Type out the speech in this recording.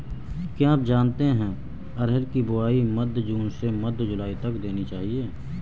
क्या आप जानते है अरहर की बोआई मध्य जून से मध्य जुलाई तक कर देनी चाहिये?